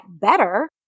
better